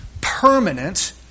permanent